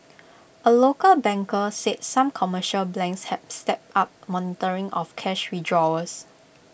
A local banker said some commercial banks have stepped up monitoring of cash withdrawals